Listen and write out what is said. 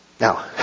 Now